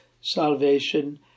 salvation